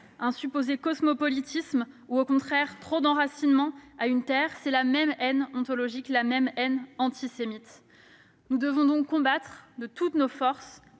un supposé cosmopolitisme ou, au contraire, un excès d'enracinement dans une terre -, c'est la même haine ontologique, la même haine antisémite. Nous devons combattre de toutes nos forces